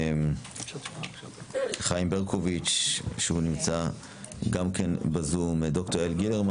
חיים ברקוביץ נמצא גם בזום, ד"ר יעל גרמן.